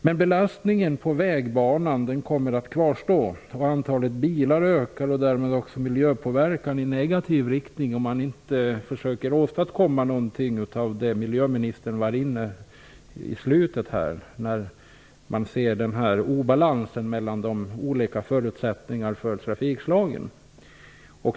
Men belastningen på vägbanan kommer att kvarstå. Antalet bilar ökar och därmed ökar miljöpåverkan i negativ riktning, om man inte försöker åstadkomma något av det som miljöministern var inne på vad gäller obalansen mellan de olika förutsättningarna för trafikslagen.